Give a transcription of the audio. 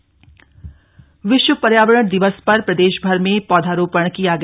पौधरोपण प्रदेश विश्व पर्यावरण दिवस पर प्रदेशभर में पौधरोपण किया गया